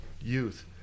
youth